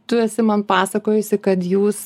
tu esi man pasakojusi kad jūs